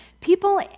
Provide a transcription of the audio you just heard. People